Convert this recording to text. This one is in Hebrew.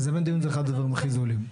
לזמן דיון זה אחד הדברים הכי זולים.